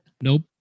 Nope